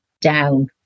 down